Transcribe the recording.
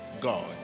God